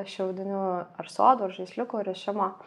šiaudinių ar sodų ar žaisliukų rišimo